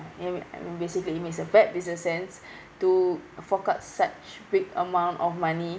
you know basically it means a bad business sense to fork out such big amount of money